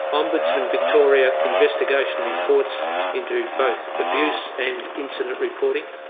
ombudsman victoria investigation reports into both abuse and incident reporting,